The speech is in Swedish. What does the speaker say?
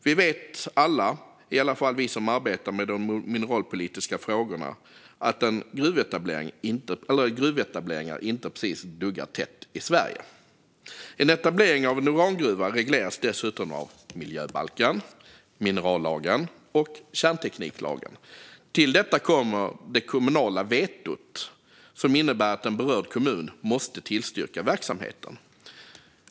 Vi vet alla, i alla fall vi som arbetar med de mineralpolitiska frågorna, att gruvetableringar inte precis duggar tätt i Sverige. En etablering av en urangruva regleras dessutom av miljöbalken, minerallagen och kärntekniklagen. Till detta kommer det kommunala vetot, som innebär att berörd kommun måste tillstyrka verksamheten.